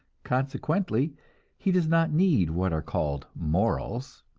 consequently he does not need what are called morals.